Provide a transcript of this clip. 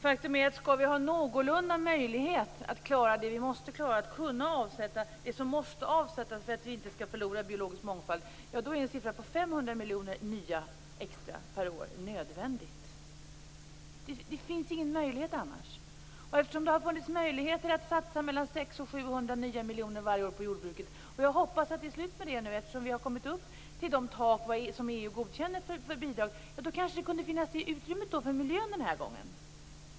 Faktum är att skall vi ha någorlunda möjligheter att klara det vi måste klara, att avsätta det som måste avsättas för att vi inte skall förlora biologisk mångfald, är det nödvändigt med 500 miljoner extra per år. Det finns ingen möjlighet annars. Det har funnits möjlighet att satsa mellan 600 och 700 nya miljoner varje år på jordbruket. Jag hoppas att det är slut med det nu eftersom vi har kommit upp till de tak som EU godkänner för bidrag. Då kanske det kan finnas utrymme för miljön den här gången.